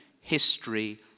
history